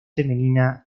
femenina